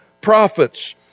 prophets